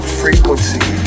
frequency